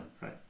Right